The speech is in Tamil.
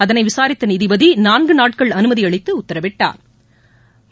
அதனை விசாரித்த நீதிபதி நான்கு நாட்கள் அனுமதி அளித்து உத்தரவிட்டாா்